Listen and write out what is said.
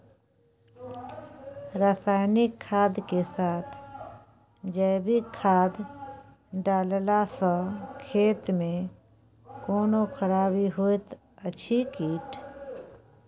रसायनिक खाद के साथ जैविक खाद डालला सॅ खेत मे कोनो खराबी होयत अछि कीट?